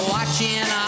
Watching